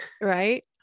Right